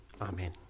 Amen